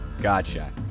Gotcha